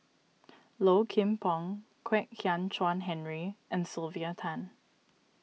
Low Kim Pong Kwek Hian Chuan Henry and Sylvia Tan